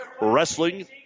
Wrestling